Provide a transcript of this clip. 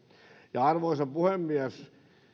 arvoisa puhemies